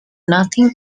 nothing